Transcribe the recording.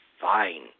fine